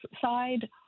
side